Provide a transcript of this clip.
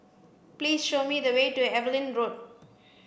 please show me the way to Evelyn Road